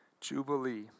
Jubilee